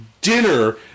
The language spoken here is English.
dinner